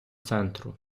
центру